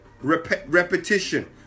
repetition